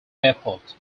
airport